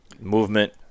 Movement